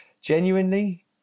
genuinely